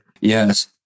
Yes